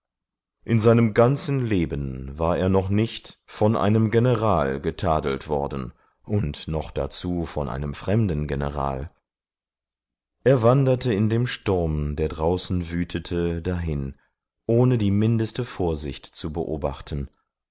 in seinem ganzen leben war er noch nicht von einem general getadelt worden und noch dazu von einem fremden general er wanderte in dem sturm der draußen wütete dahin ohne die mindeste vorsicht zu beobachten